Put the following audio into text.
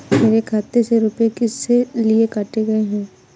मेरे खाते से रुपय किस लिए काटे गए हैं?